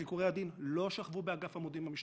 חיקורי הדין לא שכבו באגף המודיעין במשטרה.